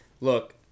Look